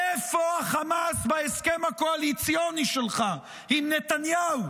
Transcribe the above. איפה החמאס בהסכם הקואליציוני שלך עם נתניהו?